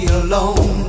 alone